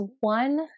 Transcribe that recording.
one